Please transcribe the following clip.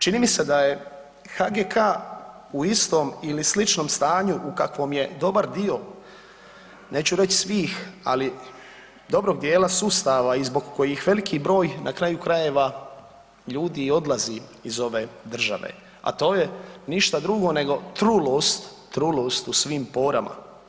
Čini mi se da je HGK u istom ili sličnom stanju u kakvom je dobar dio, neću reći svih, ali dobrog dijela sustava i zbog kojih veliki broj na kraju krajeva ljudi i odlazi iz ove države, a to je ništa drugo nego trulost, trulost u svim porama.